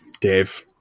Dave